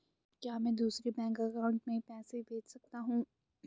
क्या मैं दूसरे बैंक अकाउंट में पैसे भेज सकता हूँ?